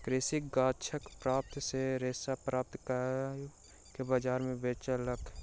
कृषक गाछक पात सॅ रेशा प्राप्त कअ के बजार में बेचलक